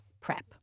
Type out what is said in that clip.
PrEP